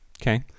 Okay